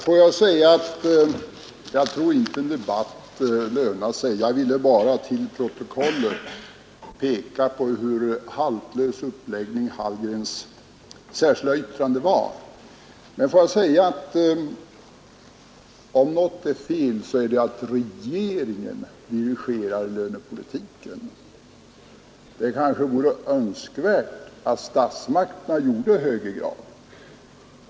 Herr talman! Jag tror inte det lönar sig att ta upp en debatt. Jag ville bara till protokollet peka på vilken haltlös uppläggning Hallgrens särskilda yttrande har. Då han betraktar det som ett fel att regeringen dirigerar lönepolitiken vill jag bara säga att det kanske vore önskvärt att statsmakterna gjorde det i högre grad.